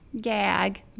Gag